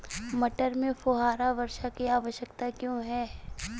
मटर में फुहारा वर्षा की आवश्यकता क्यो है?